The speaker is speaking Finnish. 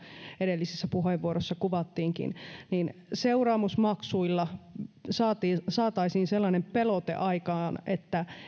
edellisessä puheenvuorossa kuvattiinkin niin seuraamusmaksuilla saataisiin sellainen pelote aikaan että